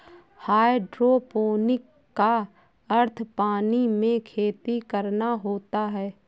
hydroponic का अर्थ पानी में खेती करना होता है